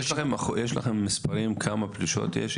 יש לכם מספרים כמה פלישות יש?